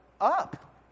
up